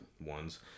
ones